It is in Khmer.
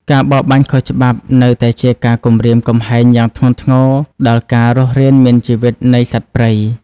ការបរបាញ់ខុសច្បាប់នៅតែជាការគំរាមកំហែងយ៉ាងធ្ងន់ធ្ងរដល់ការរស់រានមានជីវិតនៃសត្វព្រៃ។